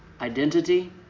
Identity